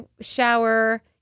shower